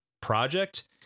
project